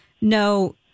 No